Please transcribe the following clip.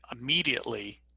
immediately